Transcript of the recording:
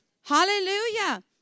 Hallelujah